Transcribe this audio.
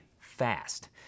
fast